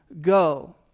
go